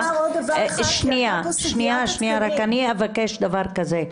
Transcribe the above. אני אבקש דבר כזה: